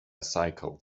cycle